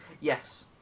Yes